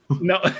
No